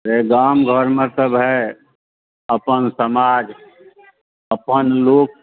गाम घरमे तऽ भाइ अपन समाज अपन लोक